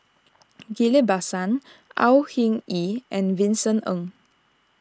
Ghillie Basan Au Hing Yee and Vincent Ng